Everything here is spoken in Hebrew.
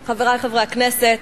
תודה רבה, חברי חברי הכנסת,